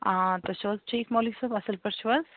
آ تُہۍ چھُو حظ ٹھیٖک مولوی صٲب اصٕل پٲٹھۍ چھُو حظ